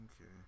Okay